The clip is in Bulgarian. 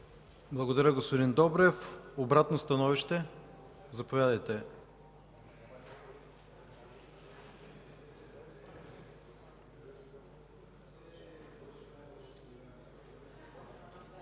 Благодаря, господин Добрев. Обратно становище? Заповядайте,